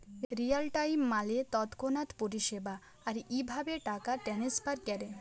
Real time মালে তৎক্ষণাৎ পরিষেবা, আর ইভাবে টাকা টেনেসফার ক্যরে